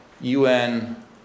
UN